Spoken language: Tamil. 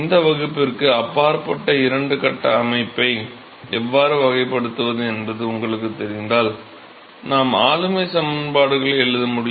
இந்த வகுப்பிற்கு அப்பாற்பட்ட இரண்டு கட்ட அமைப்பை எவ்வாறு வகைப்படுத்துவது என்பது உங்களுக்குத் தெரிந்தால் நாம் ஆளுமை சமன்பாடுகளை எழுத முடியும்